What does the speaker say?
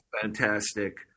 fantastic